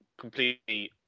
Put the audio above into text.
completely